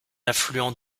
affluent